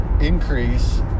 increase